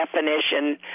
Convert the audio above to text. definition